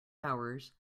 hours